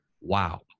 Wow